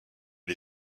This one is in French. les